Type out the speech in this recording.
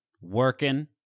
Working